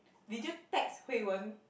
did you text Hui-Wen